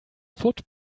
foot